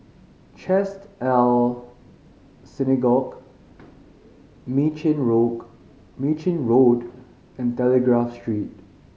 Chesed El Synagogue Mei Chin Mei Chin Road and Telegraph Street